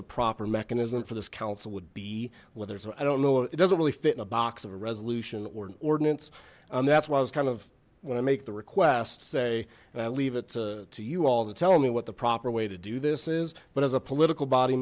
the proper mechanism for this council would be whether it's i don't know it doesn't really fit in a box of a resolution or an ordinance and that's why i was kind of gonna make the request say and i leave it to you all to tell me what the proper way to do this is but as a political body